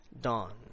dawn